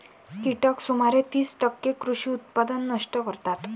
कीटक सुमारे तीस टक्के कृषी उत्पादन नष्ट करतात